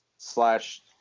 Slash